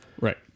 Right